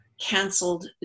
canceled